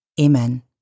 Amen